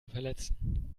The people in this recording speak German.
verletzen